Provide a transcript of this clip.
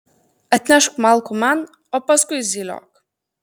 atnešk malkų man o paskui zyliok